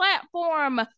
platform